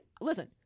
listen